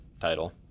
title